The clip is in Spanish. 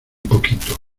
poquito